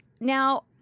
Now